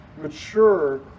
mature